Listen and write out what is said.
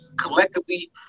collectively